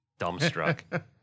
dumbstruck